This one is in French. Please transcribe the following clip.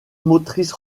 motrices